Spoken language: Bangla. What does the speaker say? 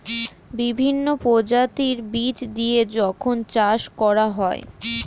বিভিন্ন প্রজাতির বীজ দিয়ে যখন চাষ করা হয়